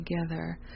together